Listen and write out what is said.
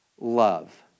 love